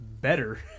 better